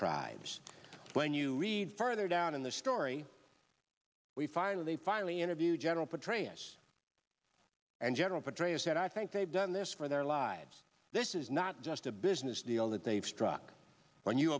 tribes when you read further down in the story we finally finally interview general petraeus and general petraeus said i think they've done this for their lives this is not just a business deal that they've struck when you